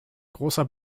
großer